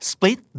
Split